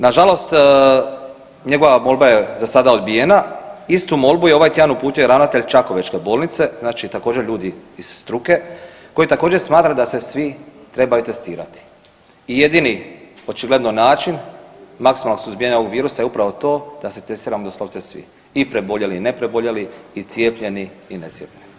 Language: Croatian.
Nažalost njegova molba je za sada odbijena, istu molbu je ovaj tjedan uputio i ravnatelj čakovečke bolnice, znači također ljudi iz struke koji također smatra da se svi trebaju testirati i jedini očigledno način maksimalnog suzbijanja ovog virusa je upravo to da se testiramo doslovce svi i preboljeli i ne preboljeli i cijepljeni i necijepljeni.